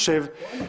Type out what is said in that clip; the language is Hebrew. לדעתי,